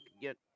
get